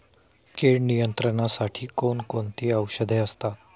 कीड नियंत्रणासाठी कोण कोणती औषधे असतात?